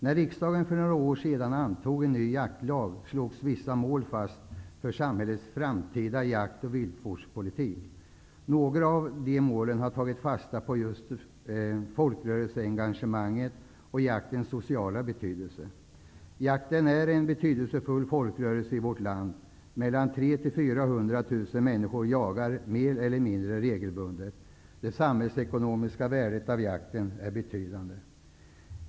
När riksdagen för några år sedan antog en ny jaktlag slogs vissa mål fast för samhällets framtida jakt och viltvårdspolitik, och i fråga om några av dem har man tagit fasta på just folkrörelseengagemanget och jaktens sociala betydelse. Jakten är en betydelsefull folkrörelse i vårt land. Mellan 300 000 och 400 000 människor jagar mer eller mindre regelbundet. Det samhällsekonomiska värdet av jakten är betydande.